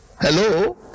Hello